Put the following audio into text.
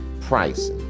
price